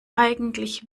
eigentlich